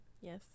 Yes